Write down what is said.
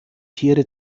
tiere